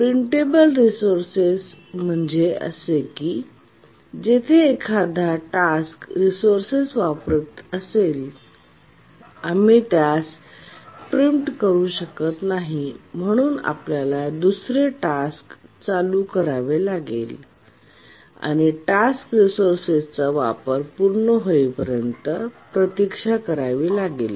pre-emptable resources म्हणजे असे task जेथे एकदा टास्क रिसोर्सेसचा वापर करीत असेल तर आम्ही त्यास प्रिम्प्ट करू शकत नाही म्हणून आपल्याला दुसरे टास्क चालू करावे लागेल आणि टास्क रिसोर्सेसचा वापर पूर्ण होईपर्यंत प्रतीक्षा करावी लागेल